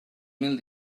mil